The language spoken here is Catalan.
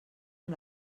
amb